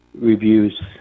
reviews